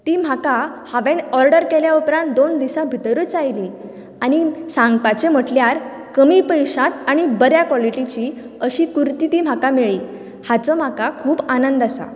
ती म्हाका हांवें ऑर्डर केल्या उपरांत दोन दिसा भितरूच आयली आनी सांगपाचें म्हटल्यार कमी पयशांत आनी बऱ्या क्वोलिटीची अशी कुरती ती म्हाका मेळ्ळी हाचो म्हाका खूब आनंद आसा